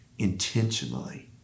intentionally